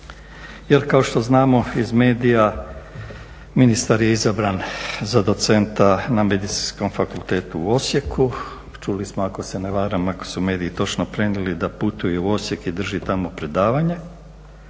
Jer kao što znamo iz medija ministar je izabran za docenta na Medicinskom fakultetu u Osijeku. Čuli smo ako se ne varam ako su mediji točno prenijeli da putuje u Osijek i drži tamo predavanje,